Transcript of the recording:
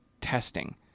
testing